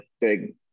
big